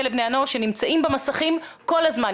לבני הנוער שנמצאים במסכים כל הזמן.